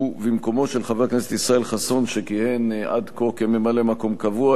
ובמקומו של חבר הכנסת ישראל חסון שכיהן עד כה כממלא-מקום קבוע,